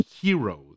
heroes